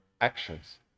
actions